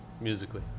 musically